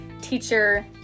teacher